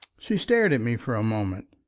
she stared at me for a moment.